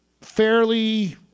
fairly